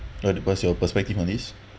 what what's your perspective on this